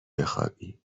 بخوابی